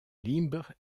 libres